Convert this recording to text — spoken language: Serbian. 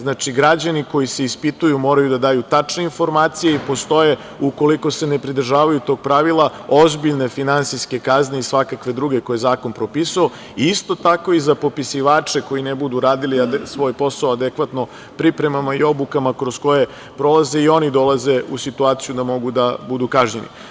Znači, građani koji se ispituju moraju da daju tačne informacije i postoje ukoliko se ne pridržavaju tog pravila ozbiljne finansijske kazne i svakakve druge koje je zakon propisao, a isto tako i za popisivače koji ne budu radili svoj posao adekvatno pripremama i obukama kroz koje prolaze, i oni dolaze u situaciju da mogu da budu kažnjeni.